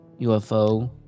UFO